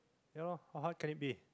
you know how can it be